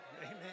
Amen